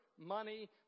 Money